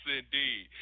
indeed